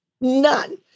none